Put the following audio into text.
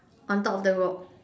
on top of the rock